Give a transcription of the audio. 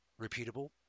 repeatable